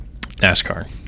NASCAR